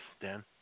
Dan